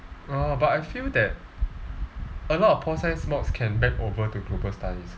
oh but I feel that a lot of pol science mods can bend over to global studies